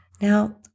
Now